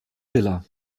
villa